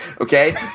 okay